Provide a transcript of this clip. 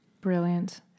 Brilliant